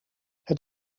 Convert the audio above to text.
het